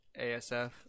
ASF